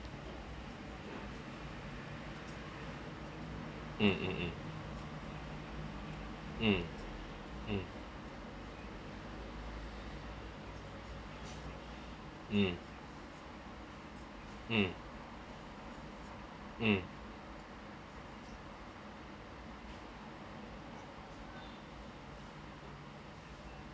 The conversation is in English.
mm mm mm mm mm mm